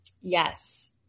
Yes